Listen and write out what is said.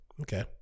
Okay